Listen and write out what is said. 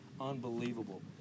Unbelievable